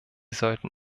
sollten